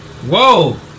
Whoa